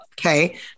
Okay